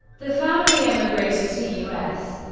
the family emigrated to us.